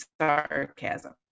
sarcasm